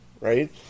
Right